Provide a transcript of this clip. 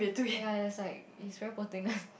ya it's like it's very poor thing one